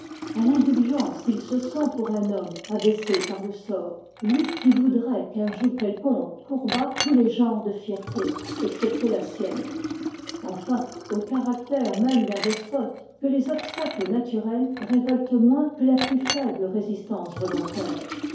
à l'indulgence qu'il se sent pour un homme abaissé par le sort lui qui voudrait qu'un joug quelconque courbât tous les genres de fierté excepté la sienne enfin au caractère même d'un despote que les obstacles naturels révoltent moins que la plus faible résistance volontaire